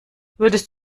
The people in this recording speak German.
würdest